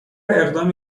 اقدامی